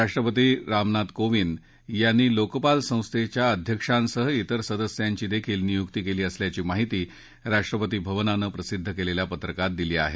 राष्ट्रपती रामनाथ कोविंद यांनी लोकपाल संस्थेच्या अध्यक्षांसह इतर सदस्यांची देखील नियुकी केली असल्याची माहिती राष्ट्रपती भवनानं प्रसिद्ध केलेल्या पत्रकात दिली आहे